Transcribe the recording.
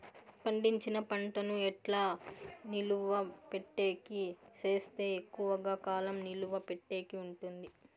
పండించిన పంట ను ఎట్లా నిలువ పెట్టేకి సేస్తే ఎక్కువగా కాలం నిలువ పెట్టేకి ఉంటుంది?